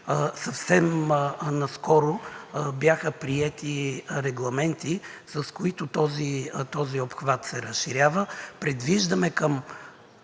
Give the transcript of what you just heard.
Съвсем наскоро бяха приети регламенти, с които този обхват се разширява. Предвиждаме към